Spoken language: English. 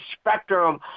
spectrum